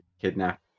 kidnap